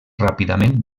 ràpidament